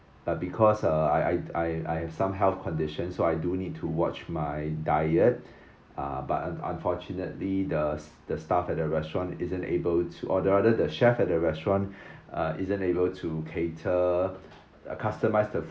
but because uh I I I have some health condition so I do need to watch my diet ah but un~ unfortunately the s~ the staff at the restaurant isn't able to order order the chef at the restaurant uh is unable to cater uh customise the food